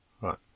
Right